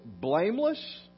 blameless